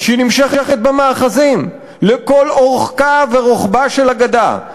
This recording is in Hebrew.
שנמשכת במאחזים לכל אורכה ורוחבה של הגדה.